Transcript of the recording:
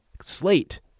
slate